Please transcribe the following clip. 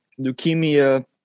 leukemia